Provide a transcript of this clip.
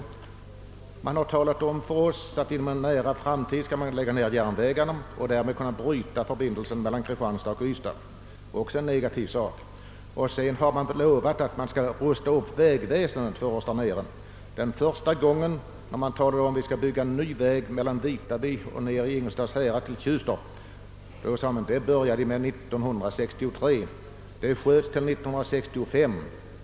Däremot har man sagt oss att järnvägen inom en nära framtid skall läggas ned så att förbindelsen mellan Kristianstad och Ystad bryts — och detta är ju också en negativ sak. Därefter utlovades vi en upprustning av vägväsendet. Första gången det talades om att det skulle byggas en ny väg från Vitaby till Ingelstads härad — närmare bestämt Tjustorp — sade man att arbetet skulle påbörjas 1963 men det uppsköts till 1965.